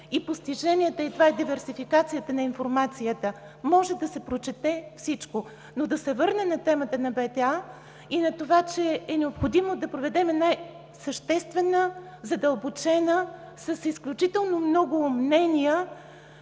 постиженията и диверсификацията на информацията – може да се прочете всичко. Но да се върнем на темата на БТА и на това, че е необходимо да проведем една съществена, задълбочена, с изключително много мнения